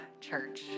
church